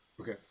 Okay